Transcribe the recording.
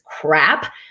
crap